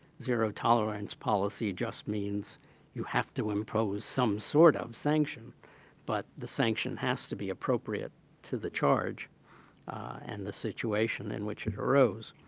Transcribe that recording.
zero-tolerance policy just means you have to impose some sort of sanction but the sanction has to be appropriate to the charge and the situation in which it arose.